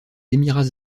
émirats